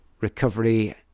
Recovery